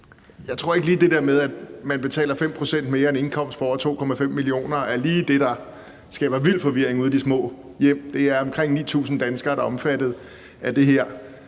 Jeg tror ikke, at lige det der med, at man betaler 5 pct. mere af en indkomst på over 2,5 mio. kr., er det, der skaber vild forvirring ude i de små hjem – det er omkring 9.000 danskere, der er omfattet af det her.